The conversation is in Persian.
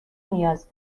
نیاز